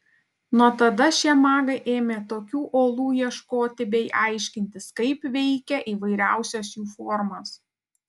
nuo tada šie magai ėmė tokių olų ieškoti bei aiškintis kaip veikia įvairiausios jų formos